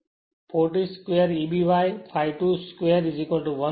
તેથી 40 squarEby ∅2 square 1 by 0